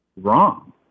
Wrong